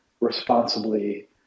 responsibly